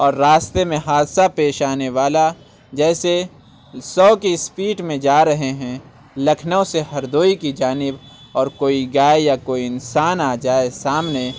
اور راستے میں حادثہ پیش آنے والا جیسے سو کی اسپیڈ میں جا رہے ہیں لکھنؤ سے ہردوئی کی جانب اور کوئی گائے یا کوئی انسان آ جائے سامنے